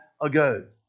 ago